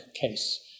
case